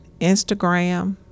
Instagram